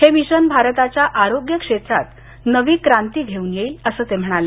हे मिशन भारताच्या आरोग्य क्षेत्रात नवी क्रांती घेऊन येईल असं ते म्हणाले